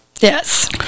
Yes